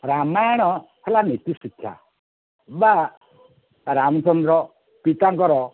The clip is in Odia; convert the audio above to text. ରାମାୟଣ ହେଲା ନୀତିଶିକ୍ଷା ବା ରାମଚନ୍ଦ୍ର ପିତାଙ୍କର